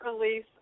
release